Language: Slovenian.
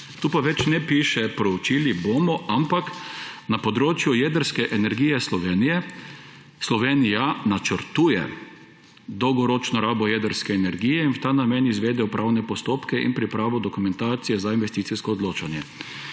Tu pa več ne piše, »proučili bomo«, ampak, »na področju jedrske energije Slovenije Slovenija načrtuje dolgoročno rabo jedrske energije in v ta namen izvede upravne postopke in pripravo dokumentacije za investicijsko odločanje«.